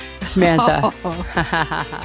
Samantha